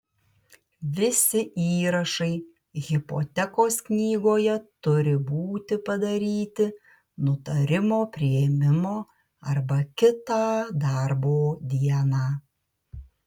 visi įrašai hipotekos knygoje turi būti padaryti nutarimo priėmimo arba kitą darbo dieną